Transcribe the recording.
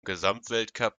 gesamtweltcup